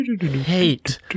hate